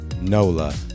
Nola